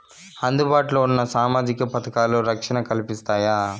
అందుబాటు లో ఉన్న సామాజిక పథకాలు, రక్షణ కల్పిస్తాయా?